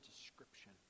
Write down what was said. description